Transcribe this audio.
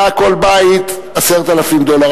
עלה כל בית 10,000 דולר,